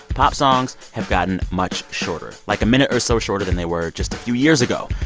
pop songs have gotten much shorter like a minute or so shorter than they were just a few years ago.